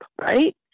Right